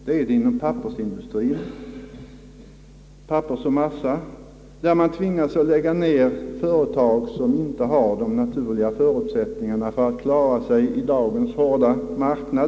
I varje fall är det så inom pappersoch massaindustrien, där man tvingats lägga ner företag som inte har förutsättningar att klara sig på dagens hårda marknad.